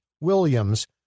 Williams